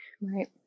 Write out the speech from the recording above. right